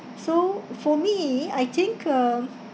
so for me I think um